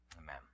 Amen